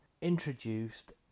introduced